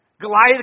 Goliath